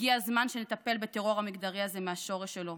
הגיע הזמן שנטפל בטרור המגדרי הזה מהשורש שלו,